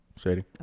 Shady